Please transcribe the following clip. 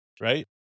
right